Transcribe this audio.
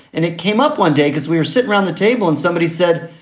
and it came up one day because we were sitting round the table and somebody said,